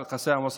גם